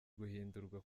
guhindurwa